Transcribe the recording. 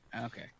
Okay